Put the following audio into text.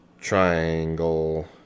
Triangle